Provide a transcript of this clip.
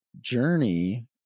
journey